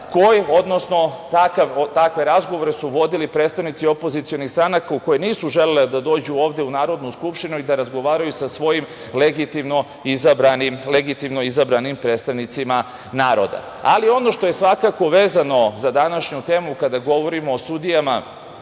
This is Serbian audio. takve razgovore su vodili predstavnici opozicionih stranaka koje nisu želele da dođu ovde u Narodnu skupštinu i da razgovaraju sa svojim, legitimno izabranim, predstavnicima naroda. Ono što je svakako vezano za današnju temu kada govorimo o sudijama